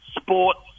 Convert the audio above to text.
sports